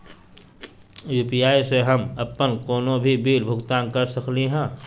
UPI स हम अप्पन कोनो भी बिल भुगतान कर सकली का हे?